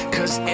Cause